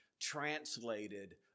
translated